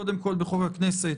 קודם כול בחוק הכנסת,